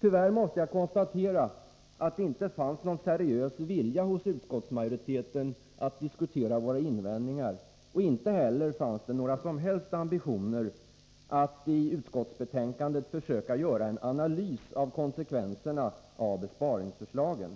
Tyvärr måste jag konstatera att det inte fanns någon seriös vilja hos utskottsmajoriteten att diskutera våra invändningar, och inte heller fanns det några som helst ambitioner att i utskottsbetänkandet försöka göra en analys av konsekvenserna av besparingsförslagen.